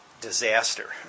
disaster